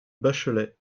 bachelay